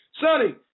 Sonny